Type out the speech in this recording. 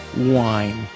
wine